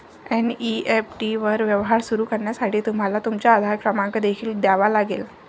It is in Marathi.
एन.ई.एफ.टी वर व्यवहार सुरू करण्यासाठी तुम्हाला तुमचा आधार क्रमांक देखील द्यावा लागेल